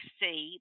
see